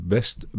Best